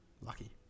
Lucky